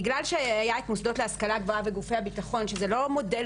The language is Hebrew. בגלל שהיה את המוסדות להשכלה גבוהה וגופי הביטחון שזה לא מודל